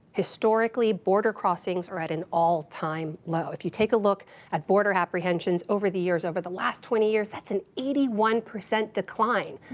historically, border crossings are at an all-time low. if you take a look at border apprehensions over the years, over the last twenty years, that's an eighty one percent decline.